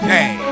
Hey